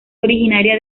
originaria